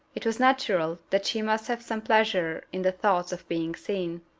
it was natural that she must have some pleasure in the thoughts of being seen.